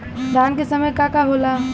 धान के समय का का होला?